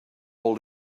all